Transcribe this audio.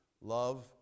Love